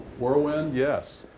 whirlwind, yes.